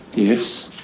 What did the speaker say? yes.